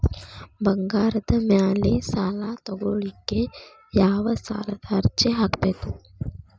ಬಂಗಾರದ ಮ್ಯಾಲೆ ಸಾಲಾ ತಗೋಳಿಕ್ಕೆ ಯಾವ ಸಾಲದ ಅರ್ಜಿ ಹಾಕ್ಬೇಕು?